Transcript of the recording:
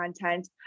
content